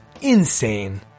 insane